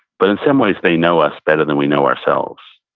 but in some ways they know us better than we know ourselves.